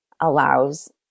allows